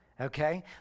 Okay